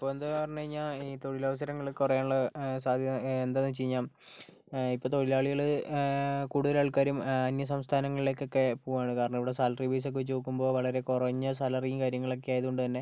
ഇപ്പോൾ എന്താ പറഞ്ഞ് കഴിഞ്ഞാൽ ഈ തൊഴിലവസരങ്ങൾ കുറയാനുള്ള സാധ്യത എന്താന്ന് വെച്ച് കഴിഞ്ഞാൽ ഇപ്പോൾ തൊഴിലാളികള് കൂടുതൽ ആൾക്കാരും അന്യ സംസ്ഥാനനങ്ങളിലേക്കൊക്കെ പോകുകയാണ് കാരണം ഇവിടെ സാലറി ബേസൊക്കെ വെച്ച് നോക്കുമ്പോൾ വളരെ കുറഞ്ഞ സാലറിയും കാര്യങ്ങളൊക്കെ ആയതുകൊണ്ട് തന്നെ